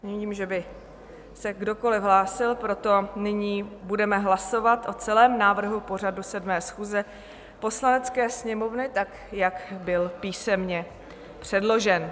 Nevidím, že by se kdokoliv hlásil, proto nyní budeme hlasovat o celém návrhu pořadu 7. schůze Poslanecké sněmovny, tak jak byl písemně předložen.